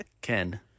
Ken